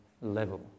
level